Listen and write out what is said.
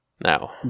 now